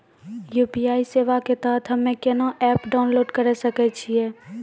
UPI सेवा के तहत हम्मे केना एप्प डाउनलोड करे सकय छियै?